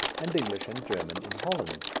and english and german in holland.